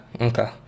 okay